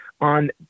on